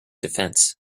defence